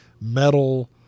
metal